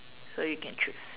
so you can chose